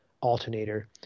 alternator